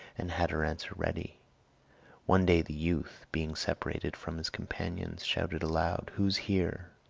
and had her answer ready one day the youth, being separated from his companions, shouted aloud, who's here?